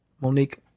Monique